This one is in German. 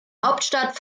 hauptstadt